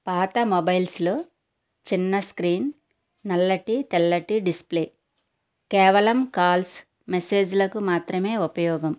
పాతమొబైల్స్లో చిన్న స్క్రీన్ నల్లటి తెల్లటి డిస్ప్లే కేవలం కాల్స్ మెసేజ్లకు మాత్రమే ఉపయోగం